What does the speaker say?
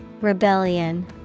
Rebellion